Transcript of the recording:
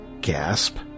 gasp